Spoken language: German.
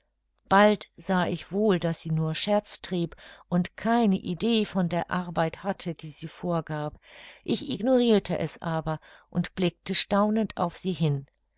bald sah ich wohl daß sie nur scherz trieb und keine idee von der arbeit hatte die sie vorgab ich ignorirte es aber und blickte staunend auf sie hin